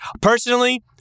Personally